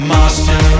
Master